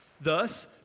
Thus